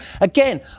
Again